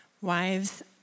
Wives